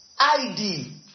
id